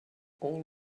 all